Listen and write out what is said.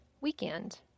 weekend